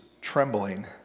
trembling